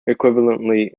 equivalently